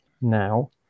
now